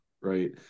right